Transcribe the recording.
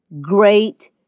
great